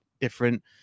different